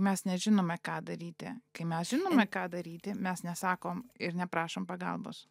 mes nežinome ką daryti kai mes žinome ką daryti mes nesakom ir neprašom pagalbos